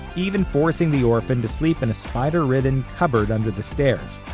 even forcing the orphan to sleep in a spider-ridden cupboard under the stairs.